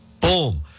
Boom